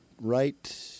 right